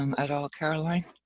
um at all caroline?